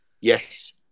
Yes